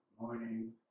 morning